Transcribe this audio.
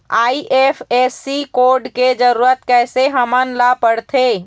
IFSC code के जरूरत कैसे हमन ला पड़थे?